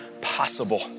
possible